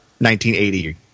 1980